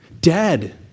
Dead